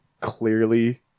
clearly